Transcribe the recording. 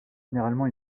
généralement